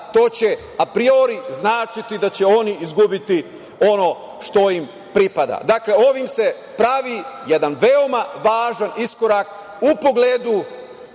to će apriori značiti da će oni izgubiti ono što im pripada. Ovim se pravi jedan veoma važan iskorak u pogledu,